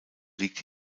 liegt